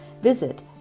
visit